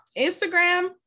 instagram